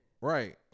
Right